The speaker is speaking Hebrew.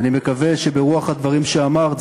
ואני מקווה שברוח הדברים שאמרת,